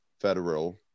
federal